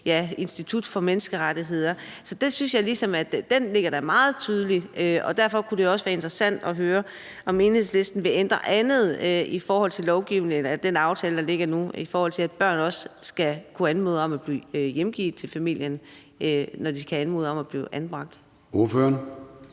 til Institut for Menneskerettigheder. Så det synes jeg da er meget tydeligt, og derfor kunne det også være interessant at høre, om Enhedslisten vil ændre andet i aftalen, der ligger nu, i forhold til at børn også skal kunne anmode om at blive hjemgivet til familien, når de skal anmode om at blive anbragt.